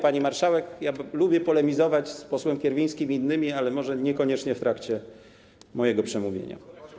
Pani marszałek, ja lubię polemizować z posłem Kierwińskim i innymi, ale może niekoniecznie w trakcie mojego przemówienia.